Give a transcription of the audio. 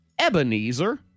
Ebenezer